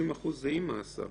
60% זה עם מאסר.